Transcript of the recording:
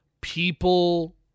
people